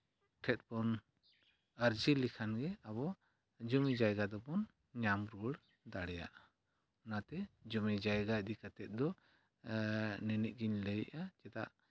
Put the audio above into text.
ᱴᱷᱮᱱ ᱵᱚᱱ ᱟᱨᱡᱤ ᱞᱮᱠᱷᱟᱱ ᱜᱮ ᱟᱵᱚ ᱡᱩᱢᱤ ᱡᱟᱭᱜᱟ ᱫᱚᱵᱚᱱ ᱧᱟᱢ ᱨᱩᱣᱟᱹᱲ ᱫᱟᱲᱮᱭᱟᱜᱼᱟ ᱚᱱᱟᱛᱮ ᱡᱩᱢᱤ ᱡᱟᱭᱜᱟ ᱤᱫᱤ ᱠᱟᱛᱮᱫ ᱫᱚ ᱱᱤᱱᱟᱹᱜ ᱜᱤᱧ ᱞᱟᱹᱭᱮᱜᱼᱟ ᱪᱮᱫᱟᱜ